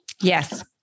Yes